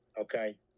okay